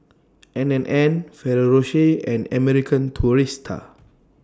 N and N Ferrero Rocher and American Tourister